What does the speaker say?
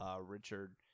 Richard